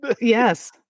yes